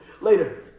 Later